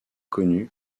connue